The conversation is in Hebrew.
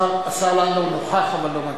השר לנדאו נוכח אבל לא מצביע.